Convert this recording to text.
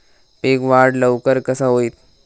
पीक वाढ लवकर कसा होईत?